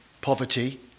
poverty